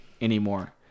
anymore